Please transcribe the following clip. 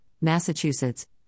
Massachusetts